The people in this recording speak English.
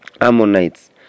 Ammonites